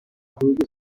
حدود